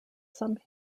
some